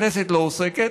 הכנסת לא עוסקת,